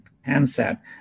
handset